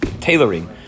tailoring